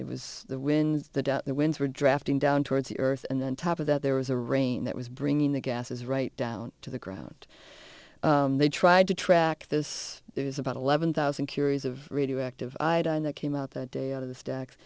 it was the winds the death the winds were drafting down towards the earth and then top of that there was a rain that was bringing the gases right down to the ground they tried to track this is about eleven thousand curies of radioactive iodine that came out that day out of the stacks